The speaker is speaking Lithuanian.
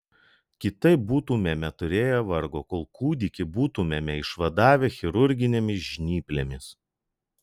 kitaip būtumėme turėję vargo kol kūdikį būtumėme išvadavę chirurginėmis žnyplėmis